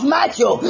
Matthew